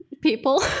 people